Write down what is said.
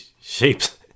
shapes